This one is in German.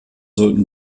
sollten